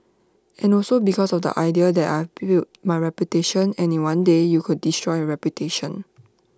and also because of the idea that I've built my reputation and in one day you could destroy your reputation